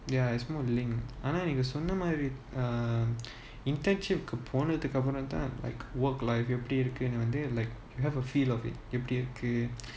ya it's more of the link ah um internship போனதுக்குஅப்புறம்தான்:ponathuku apuram thaan like work life எப்படிஇருக்குனு:eppadi irukunu like you have a feel it எப்படிஇருக்குனு:eppadi irukunu